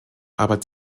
aber